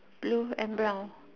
blue and brown